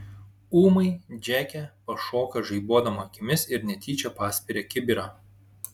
ūmai džeke pašoka žaibuodama akimis ir netyčia paspiria kibirą